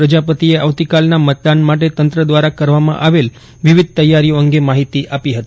પ્રજાપતિએ આવતીકાલના મતદાન માટે તંત્ર દવારા કરવામાં આવેલ વિવિધ તૈયારીઓ અંગે માહિતી આપી હતી